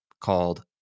called